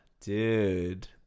dude